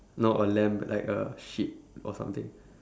no a lamb like a sheep or something